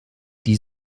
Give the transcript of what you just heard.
die